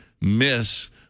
miss